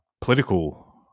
political